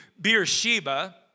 Beersheba